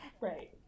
Right